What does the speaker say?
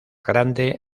grande